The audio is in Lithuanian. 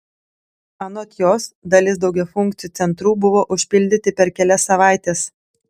anot jos dalis daugiafunkcių centrų buvo užpildyti per kelias savaites